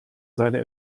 seine